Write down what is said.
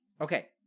Okay